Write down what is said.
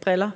briller?